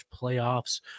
playoffs